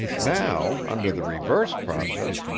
now, under the reverse process,